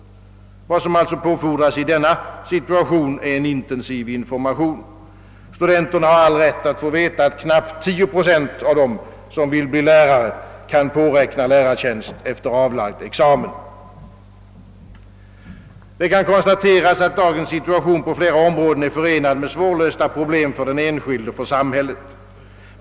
Vad som alltså fordras i denna situation är en intensiv information. Studenterna har all rätt att få veta att knappt 10 procent av dem som vill bli lärare kan påräkna lärartjänst efter avlagd examen. Det kan konstateras, att dagens situation på flera områden är förenad med svårlösta problem för den enskilde och för samhället.